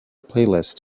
playlist